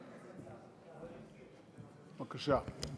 בבקשה.